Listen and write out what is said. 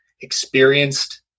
experienced